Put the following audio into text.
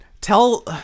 tell